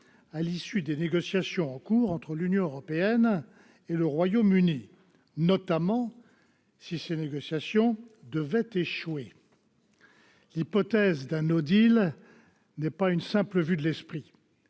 à l'issue des négociations en cours entre l'Union européenne et le Royaume-Uni, notamment si ces négociations devaient échouer. L'hypothèse d'un n'est pas une simple vue de l'esprit